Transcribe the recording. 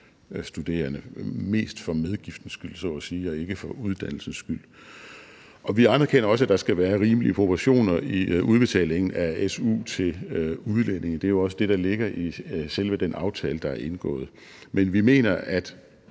mest for medgiftens skyld så at sige og ikke for uddannelsens skyld. Og vi anerkender også, at der skal være rimelige proportioner i udbetalingen af su til udlændinge. Det er jo også det, der ligger i selve den aftale, der er indgået. Men vi mener, at